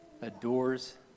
adores